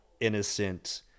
innocent